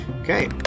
okay